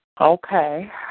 Okay